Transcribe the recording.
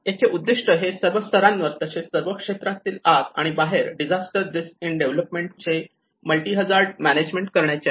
याचे उद्दिष्ट हे सर्व स्तरांवर तसेच सर्वच क्षेत्रातील आत आणि बाहेर डिझास्टर रिस्क इन डेव्हलपमेंट चे मल्टी हझार्ड मॅनेजमेंट करण्याचे आहे